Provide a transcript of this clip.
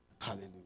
Hallelujah